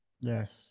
yes